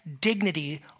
dignity